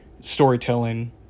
storytelling